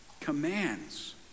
commands